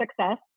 success